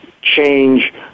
change